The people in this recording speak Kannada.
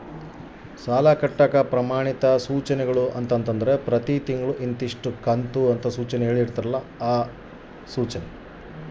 ಸಾಲ ಕಟ್ಟಾಕ ಪ್ರಮಾಣಿತ ಸೂಚನೆಗಳು ಅಂದರೇನು?